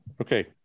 Okay